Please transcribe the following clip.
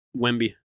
Wemby